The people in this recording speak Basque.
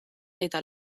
eta